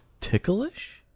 ticklish